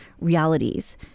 realities